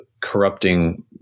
corrupting